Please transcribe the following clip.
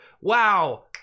wow